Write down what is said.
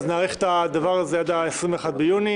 אז נאריך את הדבר הזה עד ה-21 ביוני.